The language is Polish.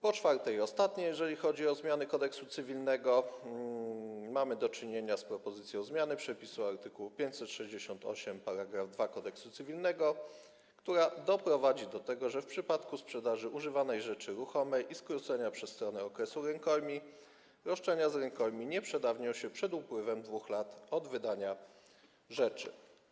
Po czwarte i ostatnie, jeżeli chodzi o zmiany Kodeksu cywilnego, mamy do czynienia z propozycją zmiany przepisu art. 568 § 2 Kodeksu cywilnego, która doprowadzi do tego, że w przypadku sprzedaży używanej rzeczy ruchomej i skrócenia przez strony okresu rękojmi roszczenia z rękojmi nie przedawnią się przed upływem 2 lat od wydania rzeczy.